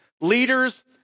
Leaders